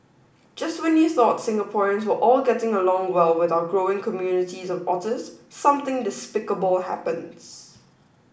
just when you thought Singaporeans were all getting along well with our growing communities of otters something despicable happens